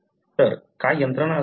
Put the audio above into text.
तर काय यंत्रणा असू शकते